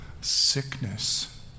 sickness